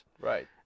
right